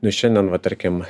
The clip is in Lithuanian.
nu šiandien va tarkim